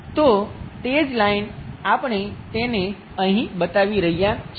તો તે જ લાઈન આપણે તેને અહીં બતાવી રહ્યા છીએ